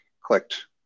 Clicked